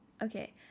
Okay